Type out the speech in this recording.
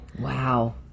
Wow